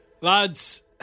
lads